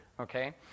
okay